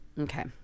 Okay